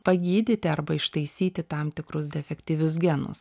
pagydyti arba ištaisyti tam tikrus defektyvius genus